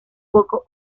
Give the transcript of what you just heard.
poco